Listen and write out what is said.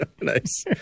Nice